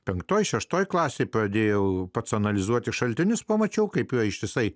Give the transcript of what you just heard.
penktoje šeštoje klasėje pradėjau pats analizuoti šaltinius pamačiau kaip ją ištisai